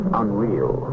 unreal